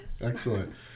Excellent